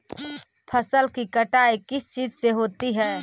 फसल की कटाई किस चीज से होती है?